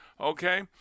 okay